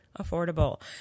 affordable